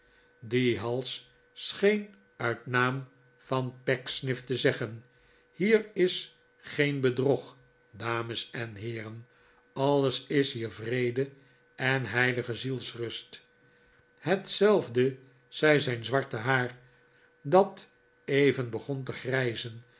die hals scheen uit naam van pecksniff te zeggen hier is geen bedrog dames en heeren alles is hier vrede en heilige zielsrust hetzelfde zei zijn zwarte haar dat even begon te grijzen